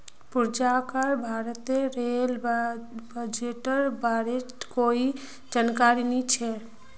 पूजाक भारतेर रेल बजटेर बारेत कोई जानकारी नी छ